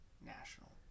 National